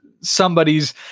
somebody's